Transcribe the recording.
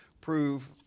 prove